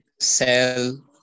cell